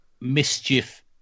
mischief